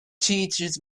teaches